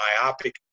myopic